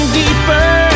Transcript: deeper